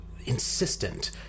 insistent